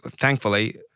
thankfully